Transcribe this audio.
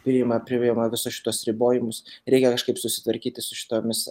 priima priima visus šituos ribojimus reikia kažkaip susitvarkyti su šitomis